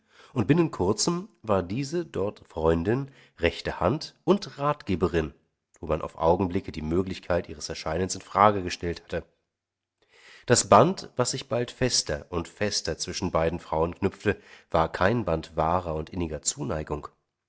und binnen kurzem war diese dort freundin rechte hand und ratgeberin wo man auf augenblicke die möglichkeit ihres erscheinens in frage gestellt hatte das band was sich bald fester und fester zwischen beiden frauen knüpfte war kein band wahrer und inniger zuneigung